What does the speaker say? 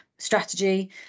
strategy